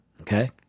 Okay